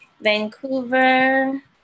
Vancouver